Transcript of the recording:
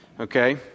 Okay